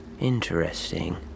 Interesting